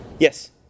Yes